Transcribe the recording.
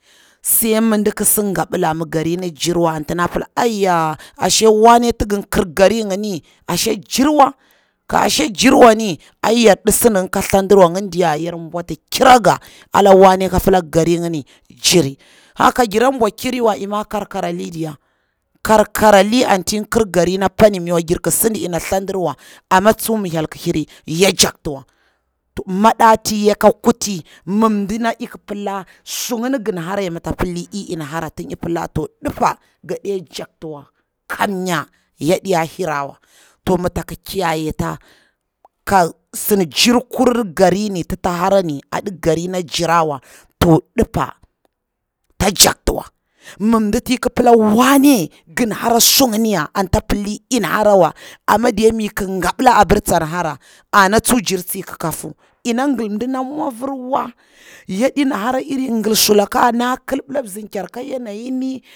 Sai mi dik si gabila mi garini adi njirwa anti nda pila ariyya shai wanne ti gi kir gari ngini ashari njirwa, ashe njirwa ni ai yara ɗi sidingi ka thladirwa, ngin diya ya bwati kira nga da wanne ka pila garir. ngini jiri, haka ka kira bwa kirawa ima karkara ri diya, karkarali atiti kir garini opani, miwa njir ki sidi yana thladirwa amma tsu mi hyel ki hiri ya aktiwa, to mda ti ya kuti mim mdina nati ik pala sungni gan hora ya mita pila ey in hora to tin ipala dipa gaɗe joktiwa kamnya yaɗiya hirawa, to ma tak kiyaye ta, kasin njir kurir garini tita hara ni, aɗi gari na njirawa to dipa ta jaktiwa mi diti i pila wanne gin hara su ngini ya ant pilli in harawa, amma diya mi ki gobila apir tsa gan hara, to ana tsu jiri tsi kikafu, ina gilmda na mwavir wa, yaɗena gil mzirker irina na kil bila mzirker kwa yana yiwa.